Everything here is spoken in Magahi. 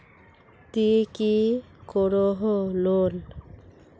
ती की करोहो लोन?